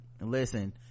Listen